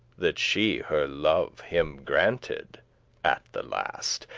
that she her love him granted at the last,